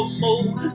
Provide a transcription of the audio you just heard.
more